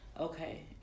okay